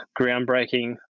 groundbreaking